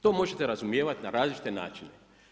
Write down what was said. To možete razumijevati na različite načine.